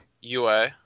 Ua